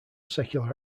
secular